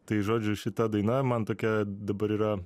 tai žodžiu šita daina man tokia dabar yra